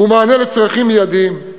ומענה לצרכים מיידיים.